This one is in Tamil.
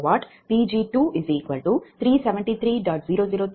எனவே இது உகந்த தீர்வாக இருக்கும்